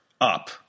up